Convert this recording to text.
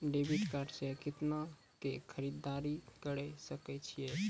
Credit card से कितना के खरीददारी करे सकय छियै?